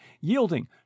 yielding